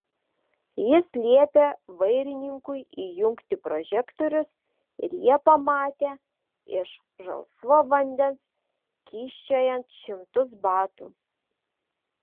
jis liepė vairininkui įjungti prožektorius ir jie pamatė iš žalsvo vandens kyščiojant šimtus batų